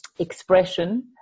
expression